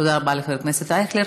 תודה רבה לחבר הכנסת אייכלר.